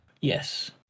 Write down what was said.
Yes